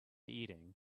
eating